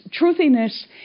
truthiness